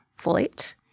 folate